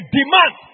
demand